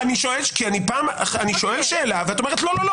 כי אני שואל שאלה ואת אומרת "לא, לא".